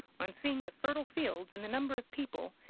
on seeing the fertile fields and the number of people,